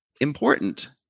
important